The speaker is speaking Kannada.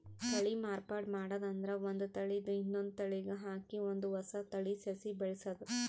ತಳಿ ಮಾರ್ಪಾಡ್ ಮಾಡದ್ ಅಂದ್ರ ಒಂದ್ ತಳಿದ್ ಇನ್ನೊಂದ್ ತಳಿಗ್ ಹಾಕಿ ಒಂದ್ ಹೊಸ ತಳಿ ಸಸಿ ಬೆಳಸದು